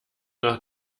nach